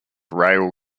rail